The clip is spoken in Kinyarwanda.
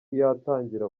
yatangira